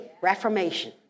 reformation